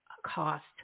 cost